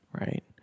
right